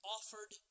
Offered